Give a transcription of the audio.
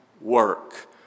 work